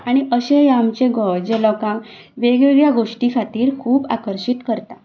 आनी अशें हें आमचें गोंय जें लोकांक वेग वेगळ्या गोश्टी खातीर खूब आकर्शीत करता